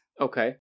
Okay